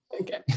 okay